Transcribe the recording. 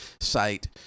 site